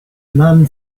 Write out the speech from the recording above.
man